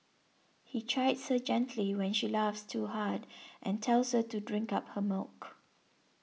he chides her gently when she laughs too hard and tells her to drink up her milk